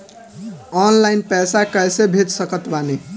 Online पैसा कैसे भेज सकत बानी?